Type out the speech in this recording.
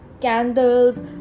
candles